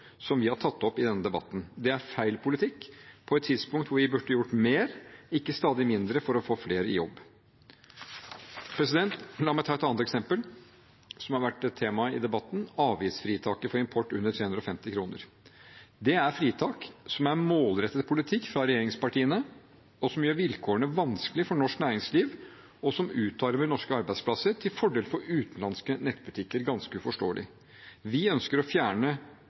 som vi har tatt opp i denne debatten. Det er feil politikk på et tidspunkt hvor vi burde gjort mer, ikke stadig mindre for å få flere i jobb. La meg ta et annet eksempel som har vært et tema i debatten, avgiftsfritaket for import under 350 kr. Det er et fritak som er målrettet politikk fra regjeringspartiene, som gjør vilkårene vanskelig for norsk næringsliv, og som utarmer norske arbeidsplasser til fordel for utenlandske nettbutikker – ganske uforståelig. Vi ønsker å fjerne